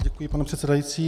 Děkuji, pane předsedající.